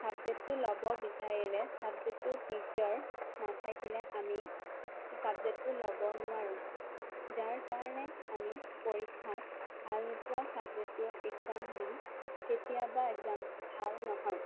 ছাবজেক্টটো ল'ব বিচাৰিলে ছাবজেক্টটোৰ টিচাৰ নাথাকিলে আমি ছাবজেক্টটো ল'ব নোৱাৰোঁ যাৰ কাৰণে আমি পৰীক্ষাত ভালপোৱা ছাবজেক্টটোৰ একজাম দি কেতিয়াবা একজাম ভাল নহয়